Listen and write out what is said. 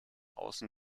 außen